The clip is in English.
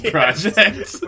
Project